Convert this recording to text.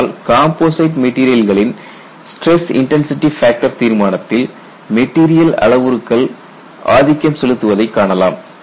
ஆனால் காம்போசைட் மெட்டீரியல்களின் stress intensity factor தீர்மானத்தில் மெட்டீரியல் அளவுருக்கள் ஆதிக்கம் செலுத்துவதை காணலாம்